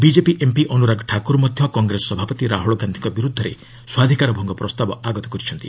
BJP MP Anurag Thakur Congress ସଭାପତି ରାହୁଲ୍ ଗାନ୍ଧିଙ୍କ ବିର୍ତ୍ଧରେ ମଧ୍ୟ ସ୍ୱାଧିକାର ଭଙ୍ଗ ପ୍ରସ୍ତାବ ଆଗତ କରିଛନ୍ତି